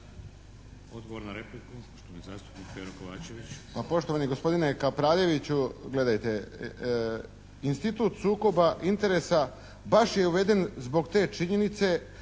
Pero (HSP)** Pa, poštovani gospodine Kapraljeviću gledajte! Institut sukoba interesa baš je uveden zbog te činjenice